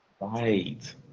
Right